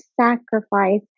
sacrifice